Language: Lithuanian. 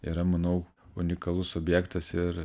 yra manau unikalus objektas ir